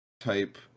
type